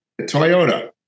Toyota